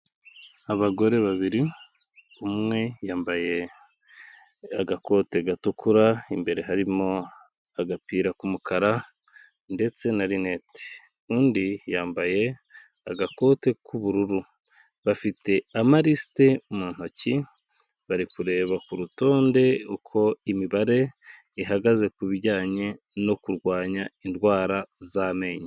Abagore babiri, umwe yambaye agakote gatukura, imbere harimo agapira k'umukara ndetse na rinete, undi yambaye agakote k'ubururu, bafite amarisite mu ntoki, bari kureba ku rutonde uko imibare ihagaze ku bijyanye no kurwanya indwara z'amenyo.